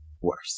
worse